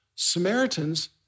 Samaritans